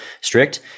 strict